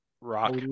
Rock